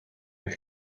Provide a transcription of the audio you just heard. eich